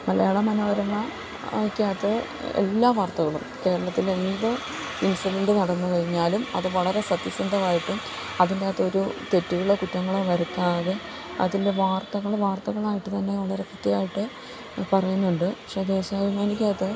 മലയാള മനോരമയ്ക്കകത്ത് എല്ലാ വാർത്തകളും കേരളത്തിലെ എന്ത് ഇൻസിഡന്റ് നടന്നുകഴിഞ്ഞാലും അത് വളരെ സത്യസന്ധമായിട്ടും അതിന്റകത്തൊരു തെറ്റുകളോ കുറ്റങ്ങളോ വരുത്താതെ അതിൻ്റെ വാർത്തകള് വാർത്തകളായിട്ടു തന്നെ വളരെ കൃത്യമായിട്ടു പറയുന്നുണ്ട് പക്ഷേ ദേശാഭിമാനിക്കകത്ത്